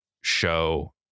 show